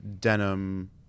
denim